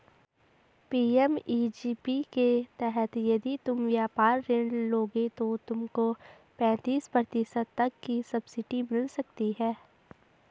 PMEGP के तहत यदि तुम व्यापार ऋण लोगे तो तुमको पैंतीस प्रतिशत तक की सब्सिडी मिल सकती है